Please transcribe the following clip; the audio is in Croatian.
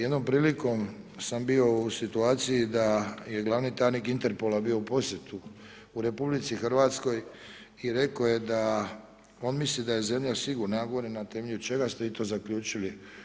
Jednom prilikom sam bio u situaciji da je glavni tajnik Interpola bio u posjetu u RH i rekao je da on misli da je zemlja sigurna. ja govorim, na temelju čega ste vi to zaključili?